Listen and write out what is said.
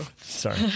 Sorry